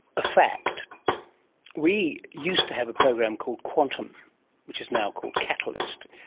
a fact we used to have a program called quantum which is now called catalyst,